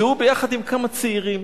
שהוא, ביחד עם כמה צעירים